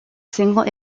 single